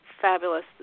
fabulous